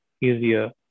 easier